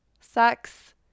Sex